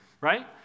right